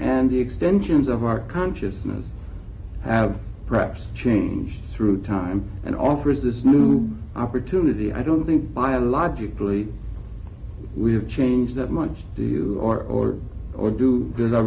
and the extensions of our consciousness have perhaps changed through time and offers this new opportunity i don't think biologically we have changed that much do you or or or do